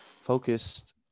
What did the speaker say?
focused